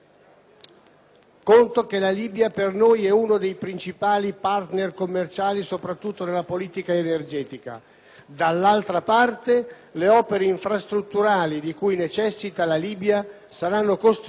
dall'altro, le opere infrastrutturali di cui necessita la Libia saranno costruite da imprese italiane, fatto che costituisce la premessa per rafforzare le già intense relazioni